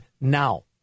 now